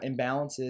imbalances